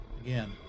again